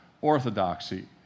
orthodoxy